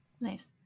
Nice